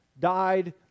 died